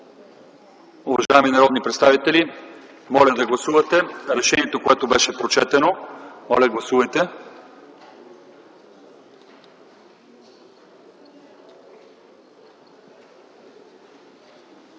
Уважаеми народни представители, моля да гласувате решението, което беше прочетено. Гласували